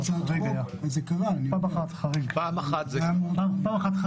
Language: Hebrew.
זה קרה פעם אחת וזה היה חריג.